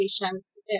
patients